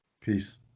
Peace